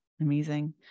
Amazing